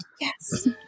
Yes